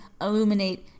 illuminate